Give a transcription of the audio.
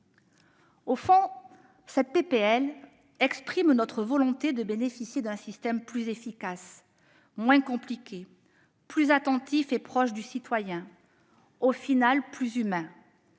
proposition de loi exprime notre volonté de bénéficier d'un système plus efficace, moins compliqué, plus attentif, plus proche du citoyen et, finalement, plus humain.